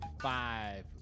five